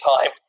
time